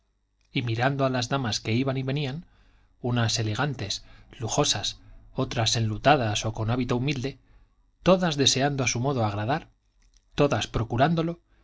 y mirando a las damas que iban y venían unas elegantes lujosas otras enlutadas o con hábito humilde todas deseando a su modo agradar todas procurándolo